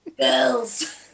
girls